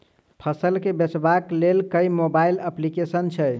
फसल केँ बेचबाक केँ लेल केँ मोबाइल अप्लिकेशन छैय?